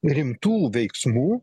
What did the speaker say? rimtų veiksmų